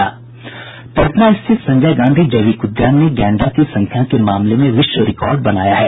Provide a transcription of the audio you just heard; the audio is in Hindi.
पटना स्थित संजय गांधी जैविक उद्यान ने गैंडा की संख्या के मामले में विश्व रिकॉर्ड बनाया है